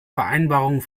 vereinbarung